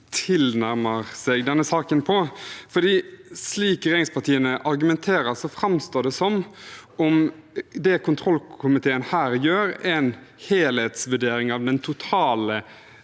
tilnærmer seg denne saken på. Slik regjeringspartiene argumenterer, framstår det som om det kontrollkomiteen her gjør, er en helhetsvurdering av den totale